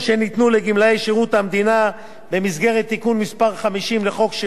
במסגרת תיקון מס' 50 לחוק שירות המדינה (גמלאות),